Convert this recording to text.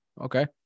okay